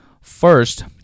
First